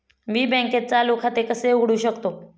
मी बँकेत चालू खाते कसे उघडू शकतो?